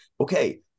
okay